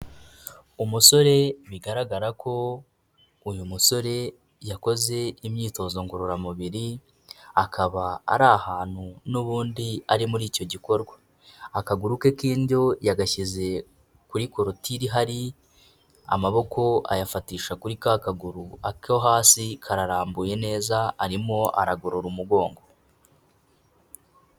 Umusore bigaragara ko uyu musore yakoze imyitozo ngororamubiri, akaba ari ahantu n'ubundi ari muri icyo gikorwa. Akaguru ke k'indyo yagashyize kuri korotire hari, amaboko ayafatisha kuri ka kaguru, ako hasi kararambuye neza, arimo aragorora umugongo.